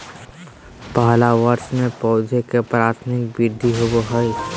पहला वर्ष में पौधा के प्राथमिक वृद्धि होबो हइ